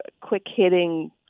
quick-hitting